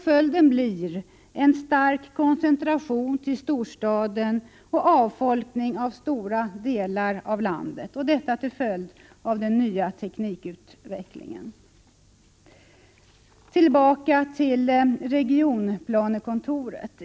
Följden blir en stark koncentration till storstaden och avfolkning av stora delar av landet — detta till följd av den nya teknikutvecklingen. Tillbaka till regionplanekontoret!